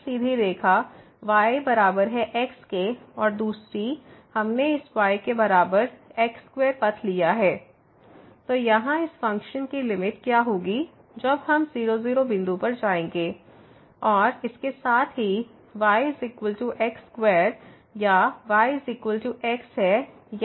एक सीधी रेखा y बराबर है x के और दूसरी हमने इस y के बराबर x2 पथ लिया है तो यहां इस फ़ंक्शन की लिमिट क्या होगी जब हम 0 0 बिंदु पर जाएंगे और इसके साथ ही y x 2 या y x है यह दो अलग अलग पथ है